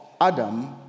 Adam